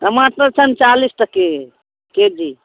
टमाटर छनि चालिस टके के जी